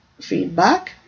feedback